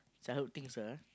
childhood things (uh huh)